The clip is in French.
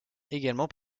également